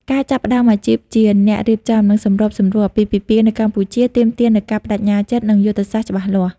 ការចាប់ផ្តើមអាជីពជាអ្នករៀបចំ និងសម្របសម្រួលអាពាហ៍ពិពាហ៍នៅកម្ពុជាទាមទារនូវការប្តេជ្ញាចិត្ត និងយុទ្ធសាស្ត្រច្បាស់លាស់។